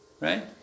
right